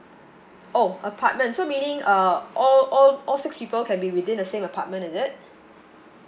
oh apartment so meaning uh all all all six people can be within the same apartment is it